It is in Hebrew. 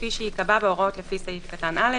כפי שייקבע בהוראות לפי סעיף קטן (א)".